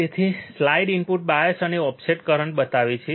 તેથી slide input bias અને offset current બતાવે છે